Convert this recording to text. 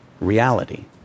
reality